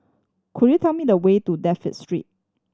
could you tell me the way to Dafne Street